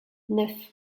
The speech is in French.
neuf